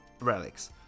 relics